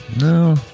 No